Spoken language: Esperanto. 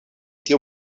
tiu